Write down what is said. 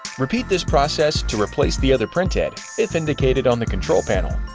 repeat this process to replace the other printhead, if indicated on the control panel.